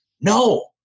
No